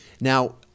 Now